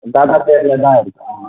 தாத்தா பேரில் தான் இருக்குது ஆமாம்